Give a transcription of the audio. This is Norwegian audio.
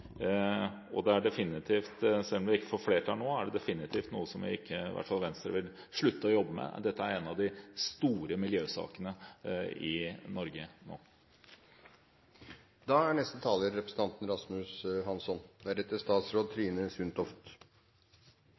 nå, er det definitivt noe i hvert fall ikke Venstre vil slutte å jobbe med. Dette er en av de store miljøsakene i Norge nå.